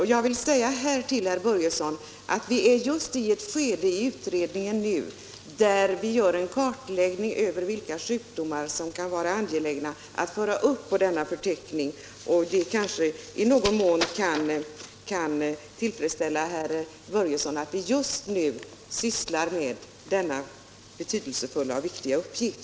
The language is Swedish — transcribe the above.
I den utredningen, herr Börjesson, är vi nu i ett skede där vi gör en kartläggning av vilka sjukdomar som bör föras upp på förteckningen. Det kanske i någon mån kan tillfredsställa herr Börjesson att vi just nu sysslar med denna betydelsefulla uppgift.